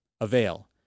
Avail